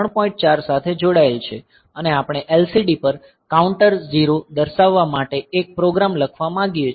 4 સાથે જોડાયેલ છે અને આપણે LCD પર કાઉન્ટર 0 દર્શાવવા માટે એક પ્રોગ્રામ લખવા માંગીએ છીએ